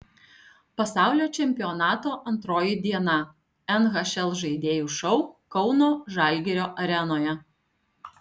pasaulio čempionato antroji diena nhl žaidėjų šou kauno žalgirio arenoje